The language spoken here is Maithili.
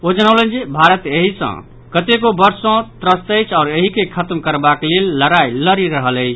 ओ जनौलनि जे भारत एहि सॅ कतेको वर्ष सॅ त्रस्त अछि आओर एहि के खत्म करबाक लेल लड़ाई लड़ि रहल अछि